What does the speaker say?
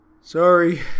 Sorry